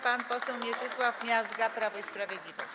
Pan poseł Mieczysław Miazga, Prawo i Sprawiedliwość.